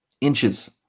inches